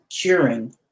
curing